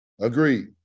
Agreed